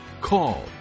Call